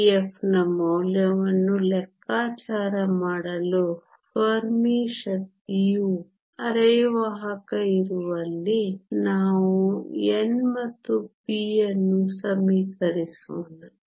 Ef ನ ಮೌಲ್ಯವನ್ನು ಲೆಕ್ಕಾಚಾರ ಮಾಡಲು ಫೆರ್ಮಿ ಶಕ್ತಿಯು ಅರೆವಾಹಕ ಇರುವಲ್ಲಿ ನಾವು n ಮತ್ತು p ಅನ್ನು ಸಮೀಕರಿಸೋಣ